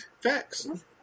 Facts